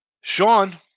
Sean